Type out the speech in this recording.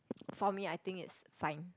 for me I think it's fine